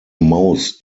mouse